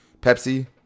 Pepsi